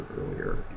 earlier